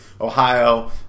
Ohio